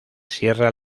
sierra